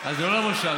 אז זה לא למושב,